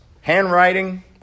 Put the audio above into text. handwriting